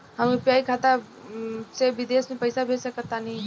हम यू.पी.आई खाता से विदेश म पइसा भेज सक तानि?